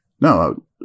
No